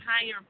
higher